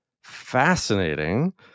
fascinating